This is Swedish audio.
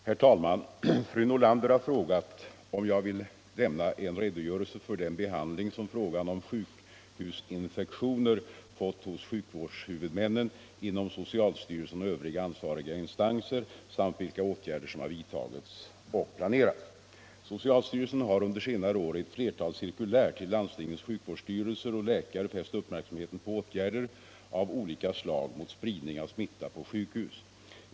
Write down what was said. Herr talman! Fru Nordlander har frågat om jag vill lämna en redogörelse för den behandling som frågan om sjukhusinfektioner fått hos sjukvårdshuvudmännen, inom socialstyrelsen och övriga ansvariga instanser samt vilka åtgärder som har vidtagits och planerats. Socialstyrelsen har under senare år i ett flertal cirkulär till landstingens sjukvårdsstyrelser och läkare fäst uppmärksamheten på åtgärder av olika slag mot spridning av smitta på sjukhus.